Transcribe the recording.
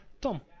Tom